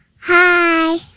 Hi